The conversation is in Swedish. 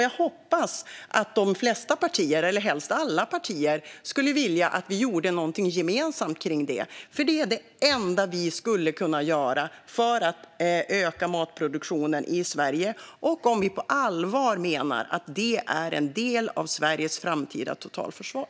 Jag hoppas att de flesta partier - eller helst alla partier - skulle vilja att vi gjorde någonting gemensamt kring detta, för det är det enda vi skulle kunna göra för att öka matproduktionen i Sverige och om vi på allvar menar att det är en del av Sveriges framtida totalförsvar.